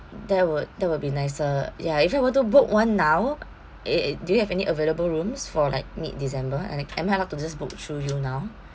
that would that would be nicer ya if I were to book one now eh eh do you have any available rooms for like mid december and it am I allowed to just book through you now